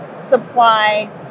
supply